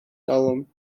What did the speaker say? talwm